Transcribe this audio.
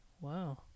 Wow